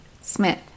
Smith